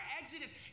Exodus